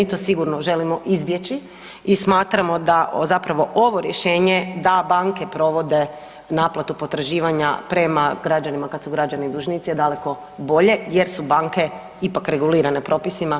To sigurno želimo izbjeći i smatramo da zapravo ovo rješenje da banke provode naplatu potraživanja prema građanima kada su građani dužnici je daleko bolje jer su banke ipak regulirane propisima.